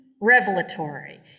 revelatory